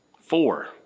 Four